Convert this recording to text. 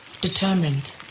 Determined